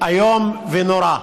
איום ונורא.